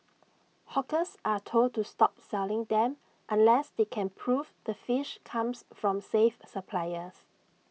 hawkers are told to stop selling them unless they can prove the fish comes from safe suppliers